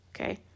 okay